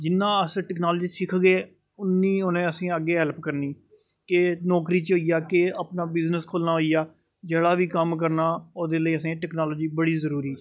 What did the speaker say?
जिन्ना अस टैक्नालजी सिखगे उन्नी उ'नें असेंई अग्गे हैल्प करनी केह् नौकरी च होई आ केह् अपना बिजनस खोलना होइ आ जेह्ड़ा बी कम्म करना ओह्दे लेई असेंई टैक्नालजी बड़ी जरुरी ऐ